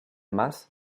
mas